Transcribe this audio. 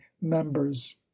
members